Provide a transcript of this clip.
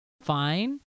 fine